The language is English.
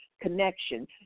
connection